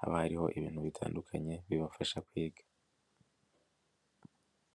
haba hariho ibintu bitandukanye bibafasha kwiga.